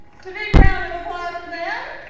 so big round of applause for them.